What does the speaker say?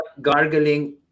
gargling